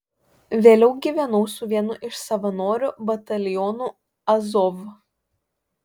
vėliau gyvenau su vienu iš savanorių batalionų azov